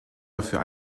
dafür